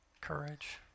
courage